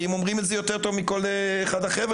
הם אומרים את זה יותר טוב מכל אחד אחר,